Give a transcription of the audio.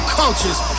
cultures